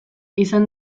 izan